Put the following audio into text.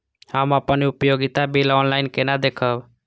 हम अपन उपयोगिता बिल ऑनलाइन केना देखब?